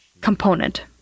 component